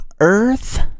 Earth